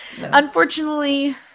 unfortunately